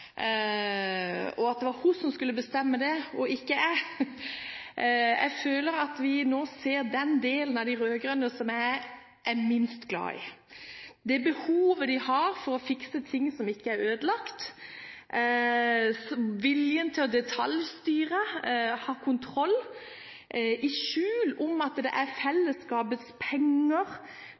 og at det var hun som skulle bestemme det og ikke jeg. Jeg føler at vi nå ser den siden av de rød-grønne som jeg er minst glad i. Det er det behovet de har for å fikse ting som ikke er ødelagt, viljen til å detaljstyre, å ha kontroll – i skjul: Når det er fellesskapets penger